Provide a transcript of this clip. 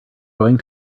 going